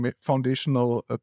foundational